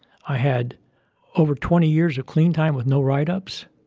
i had over twenty years of clean time with no write-ups.